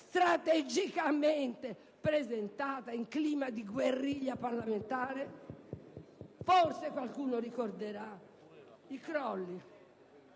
strategicamente presentata in clima di guerriglia parlamentare? Forse qualcuno ricorderà i crolli